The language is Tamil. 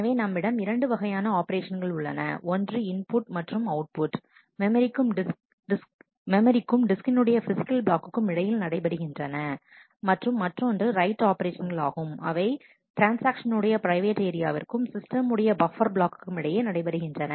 எனவே நம்மிடம் இரண்டு வகையான ஆபரேஷன்கள் உள்ளன ஒன்று இன்புட் மற்றும் அவுட் புட் மெமரிக்கும் டிஸ்கினுடைய பிசிக்கல் பிளாக் க்கும் இடையில் நடைபெறுகின்றன மற்றும் மற்றொன்று ரைட் ஆபரேஷன்கள் ஆகும் அவை ட்ரான்ஸ்ஆக்ஷன் உடைய பிரைவேட் ஏரியா விற்கும் சிஸ்டம் உடைய பப்பர் பிளாக்கும் இடையே நடைபெறுகின்றன